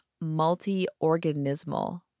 multi-organismal